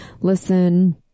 listen